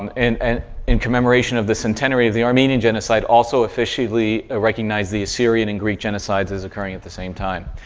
and and and in commemoration of the centenary of the armenian genocide. also officially recognized, the syrian and greek genocides as occurring at the same time.